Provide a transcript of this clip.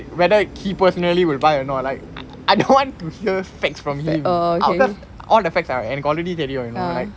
whether he personally will buy or not I don't want to hear facts from him I just all the facts I எனக்கு:enakku already தெரியும்:theriyum you know like